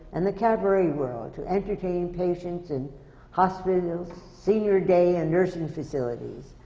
and the cabaret world to entertain patients in hospitals, senior day and nursing facilities,